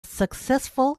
successful